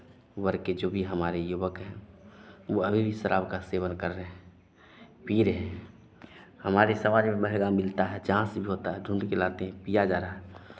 वर्ग के जो भी हमारे युवक हैं वो अभी भी शराब का सेवन कर रहे हैं पी रहे हैं हमारे समाज में महंगा मिलता है जहाँ से भी होता है ढूंढ के लाते हैं पिया जा रहा है